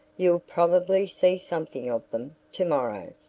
you'll probably see something of them tomorrow.